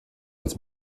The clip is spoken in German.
als